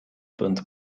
punt